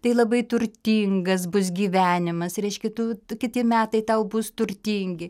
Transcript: tai labai turtingas bus gyvenimas reiškia tu kiti metai tau bus turtingi